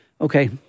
Okay